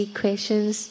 questions